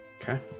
Okay